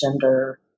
gender